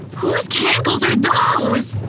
who's kankles are those!